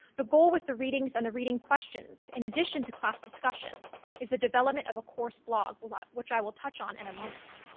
the goal with the readings and the reading questions, in addition to class discussion is the development of a course blog a lot, which i will touch on in a moment.